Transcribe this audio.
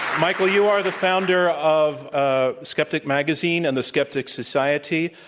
michael, you are the founder of ah skeptic magazine and the skeptics society.